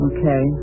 Okay